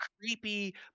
creepy